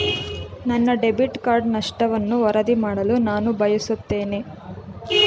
ನನ್ನ debit card ನಷ್ಟವನ್ನು ವರದಿ ಮಾಡಲು ನಾನು ಬಯಸುತ್ತೇನೆ